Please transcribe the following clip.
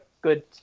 good